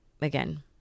again